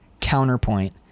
counterpoint